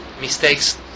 mistakes